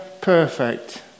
perfect